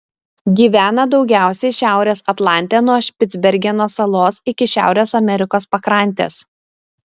gyvena daugiausiai šiaurės atlante nuo špicbergeno salos iki šiaurės amerikos pakrantės